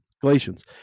Galatians